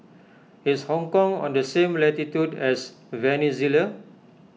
is Hong Kong on the same latitude as Venezuela